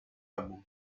álbum